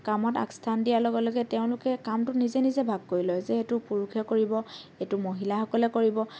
কামত আগস্থান দিয়া লগে লগে তেওঁলোকে কামটো নিজে নিজেই ভাগ কৰি লয় যে এইটো পুৰুষে কৰিব এইটো মহিলাসকলে কৰিব